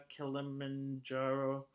Kilimanjaro